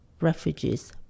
refugees